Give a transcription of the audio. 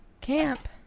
Camp